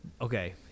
okay